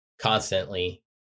Constantly